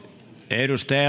edustaja